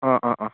অ' অ' অ'